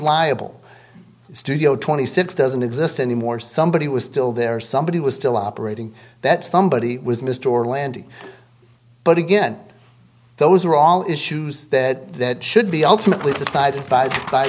liable studio twenty six doesn't exist anymore somebody was still there somebody was still operating that somebody was missed or landing but again those are all issues that should be ultimately decide